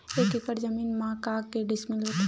एक एकड़ जमीन मा के डिसमिल होथे?